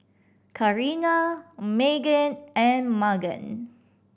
Carina Meghann and Magan